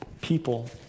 people